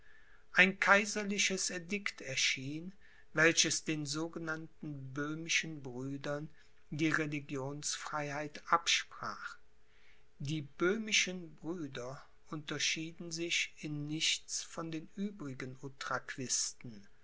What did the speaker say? ein kaiserliches edikt erschien welches den sogenannten böhmischen brüdern die religionsfreiheit absprach die böhmischen brüder unterschieden sich in nichts von den übrigen